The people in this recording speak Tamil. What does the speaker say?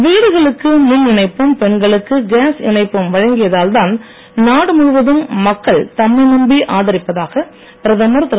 வீடுகளுக்கு மின் இணைப்பும் பெண்களுக்கு கேஸ் இணைப்பும் வழங்கியதால்தான் நாடு முழுவதும் மக்கள் தம்மை நம்பி ஆதரிப்பதாக பிரதமர் திரு